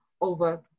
over